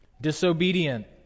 disobedient